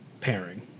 pairing